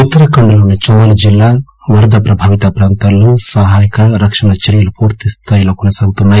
ఉత్తరాఖండ్ లోని చమోలీ జిల్లా వరద ప్రభావిత ప్రాంతాల్లో సహాయక రక్షణ చర్యలు పూర్తిస్థాయిలో కొనసాగుతున్నాయి